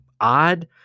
odd